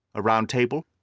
a round table,